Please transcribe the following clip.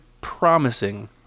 promising